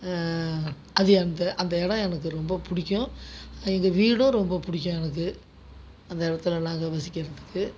அது அந்த அந்த இடம் எனக்கு ரொம்ப பிடிக்கும் எங்கள் வீடும் ரொம்ப பிடிக்கும் எனக்கு அந்த இடத்துல நாங்கள் வசிக்கிறத்துக்கு